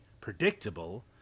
predictable